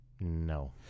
No